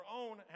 own